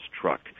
truck